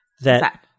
that-